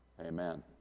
amen